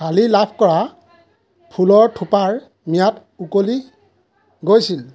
কালি লাভ কৰা ফুলৰ থোপাৰ ম্যাদ উকলি গৈছিল